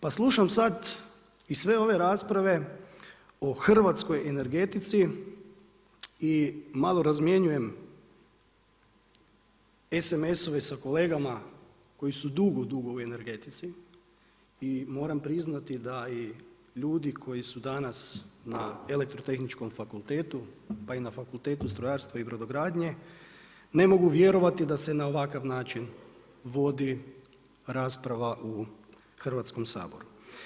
Pa slušam sad i sve ove rasprave o hrvatskoj energetici i malo razmjenjujem SMS-ove sa kolegama koji su dugo dugo u energetici, i moram priznati da i ljudi koji su danas na Elektrotehničkom fakultetu, pa i na Fakultetu strojarstva i brodogradnje ne mogu vjerovati da se na ovakav način vodi rasprava u Hrvatskom saboru.